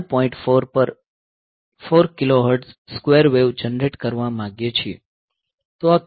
4 પર 4 kilohertz square wave generate કરવા માંગીએ છીએ